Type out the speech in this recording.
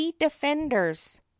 defenders